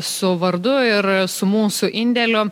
su vardu ir su mūsų indėliu